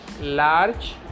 large